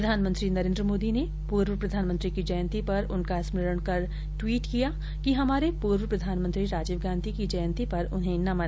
प्रधानमंत्री नरेन्द्र मोदी ने पूर्व प्रधानमंत्री की जयंती पर उनका स्मरण कर ट्वीट किया कि हमारे पूर्व प्रधानमंत्री राजीव गांधी की जयंती पर उन्हें नमन